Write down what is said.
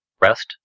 REST